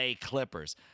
clippers